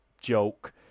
joke